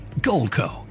GoldCo